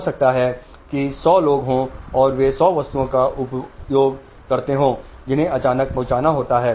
हो सकता है कि १०० लोग हों और वे १०० वस्तुओं का उपभोग करते हों जिन्हें अचानक पहुंचाना होता है